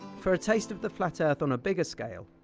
for a taste of the flat earth on a bigger scale,